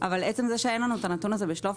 עצם זה שאין לנו את הנתון הזה בשליפה,